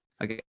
okay